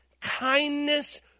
kindness